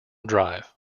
drive